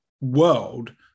world